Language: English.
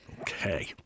Okay